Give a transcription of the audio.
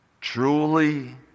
Truly